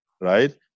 right